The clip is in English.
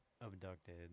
abducted